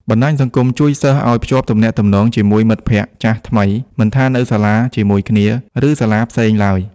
បណ្ដាញសង្គមជួយសិស្សឲ្យ ភ្ជាប់ទំនាក់ទំនងជាមួយមិត្តភក្ដិ ចាស់ថ្មី មិនថានៅសាលាជាមួយគ្នា ឬសាលាផ្សេងឡើយ។